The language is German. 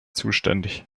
zuständig